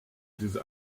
diese